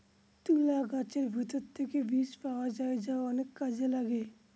তুলা গাছের ভেতর থেকে বীজ পাওয়া যায় যা অনেক কাজে লাগে